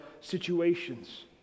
situations